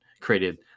created